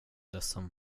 ledsen